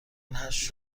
هشت